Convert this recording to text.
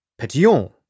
Petillon